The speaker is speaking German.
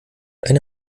eine